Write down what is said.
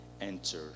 enter